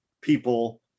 people